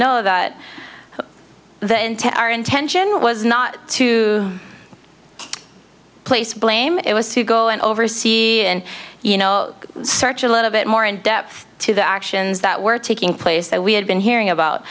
to our intention was not to place blame it was to go and oversee and you know search a little bit more in depth to the actions that were taking place that we had been hearing about